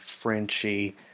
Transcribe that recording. Frenchie